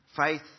Faith